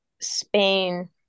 spain